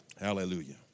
Hallelujah